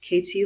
KT